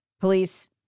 police